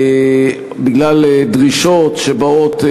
בגלל דרישות שבאות,